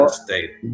state